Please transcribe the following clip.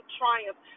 triumph